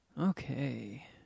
Okay